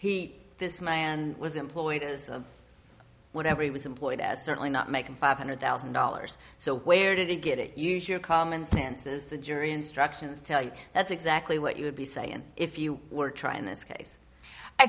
argument this my and was employed as a whatever he was employed as certainly not making five hundred thousand dollars so where did he get it use your common sense as the jury instructions tell you that's exactly what you would be say and if you were trying this case i